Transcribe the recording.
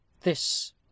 This